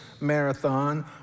Marathon